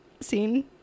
scene